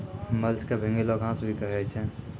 mulch क भींगलो घास भी कहै छै